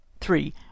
three